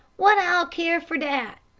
what ah'll care for dat?